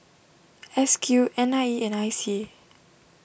S Q N I E and I C A